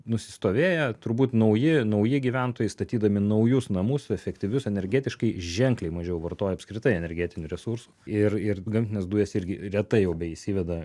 nusistovėję turbūt nauji nauji gyventojai statydami naujus namus efektyvius energetiškai ženkliai mažiau vartoja apskritai energetinių resursų ir ir gamtines dujas irgi retai jau beįsiveda